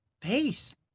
face